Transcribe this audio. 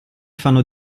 fanno